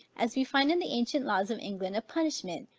as we find in the ancient laws of england a punishment,